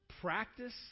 Practice